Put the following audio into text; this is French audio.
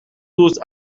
tous